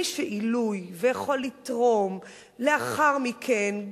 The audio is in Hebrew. מי שהוא עילוי ויכול לתרום לאחר מכן,